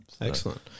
Excellent